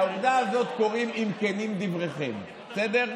לעובדה הזאת קוראים "אם כנים דבריכם", בסדר?